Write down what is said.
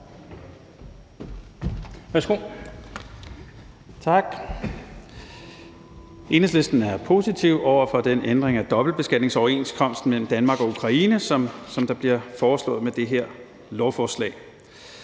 (EL): Tak. Enhedslisten er positiv over for den ændring af dobbeltbeskatningsoverenskomsten mellem Danmark og Ukraine, der bliver foreslået med det her lovforslag.